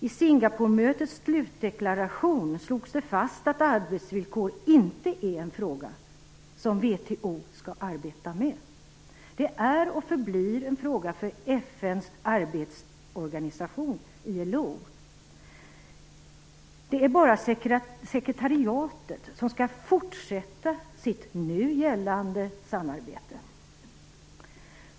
I Singaporemötets slutdeklaration slogs det fast att arbetsvillkor inte är en fråga som VHO skall arbeta med. Det är och förblir en fråga för FN:s arbetsorganisation ILO. Det är bara sekretariatet som skall fortsätta sitt nu gällande samarbete.